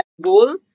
goal